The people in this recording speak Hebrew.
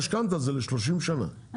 משכנתא זה ל-30 שנה,